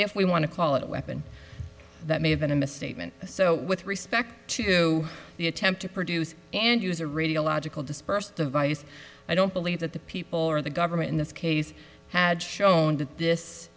if we want to call it a weapon that may have been a misstatement so with respect to the attempt to produce and use a radiological dispersal device i don't believe that the people or the government in this case had shown that this